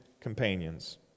companions